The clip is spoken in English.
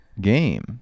game